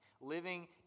living